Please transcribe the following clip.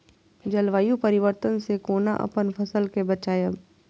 जलवायु परिवर्तन से कोना अपन फसल कै बचायब?